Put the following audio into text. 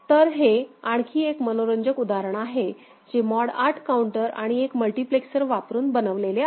तर हे आणखी एक मनोरंजक उदाहरण आहे जे मॉड 8 काउंटर आणि एक मल्टिप्लेक्सर वापरून बनवलेले आहे